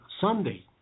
Sunday